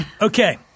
Okay